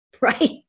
Right